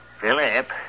Philip